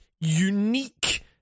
unique